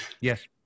yes